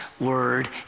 word